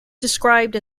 described